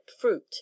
fruit